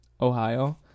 Ohio